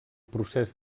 procés